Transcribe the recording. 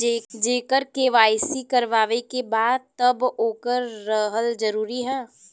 जेकर के.वाइ.सी करवाएं के बा तब ओकर रहल जरूरी हे?